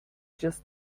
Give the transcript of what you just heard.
just